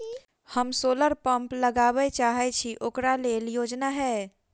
हम solar pump लगाबै चाहय छी ओकरा लेल योजना हय?